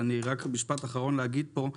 רק משפט אחרון להגיד פה.